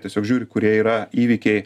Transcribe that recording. tiesiog žiūri kurie yra įvykiai